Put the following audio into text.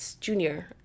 junior